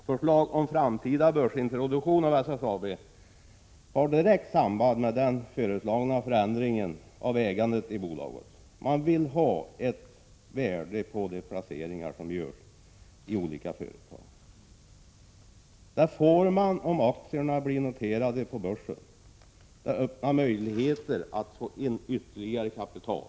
Förslaget om en framtida börsintroduktion av SSAB har ett direkt samband med den föreslagna förändringen av ägandet i bolaget. Man vill ha ett värde på de placeringar som görs i olika företag. Det får man, om aktierna blir noterade på börsen. Det innebär att det kan bli möjligt att få in ytterligare kapital.